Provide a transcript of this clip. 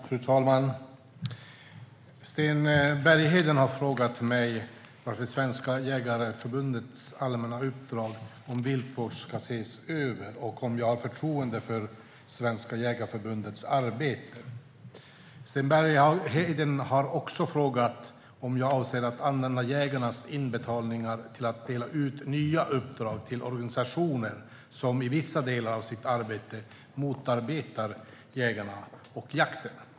Fru talman! Sten Bergheden har frågat mig varför Svenska Jägareförbundets allmänna uppdrag om viltvård ska ses över och om jag har förtroende för Svenska Jägareförbundets arbete. Sten Bergheden har också frågat om jag avser att använda jägarnas inbetalningar till att dela ut nya uppdrag till organisationer som i vissa delar av sitt arbete motarbetar jägarna och jakten.